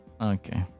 Okay